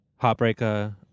Heartbreaker